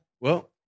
Well-